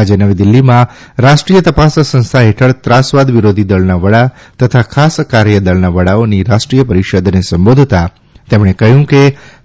આજે નવી દિલ્હીમાં રાષ્ટ્રીય તપાસ સંસ્થા હેઠળ ત્રાસવાદ વિરોધી દળના વડા તથા ખાસ કાર્યદળના વડાઓની રાષ્ટ્રીય પરિષદને સંબોધતાં તેમણે કહ્યું કે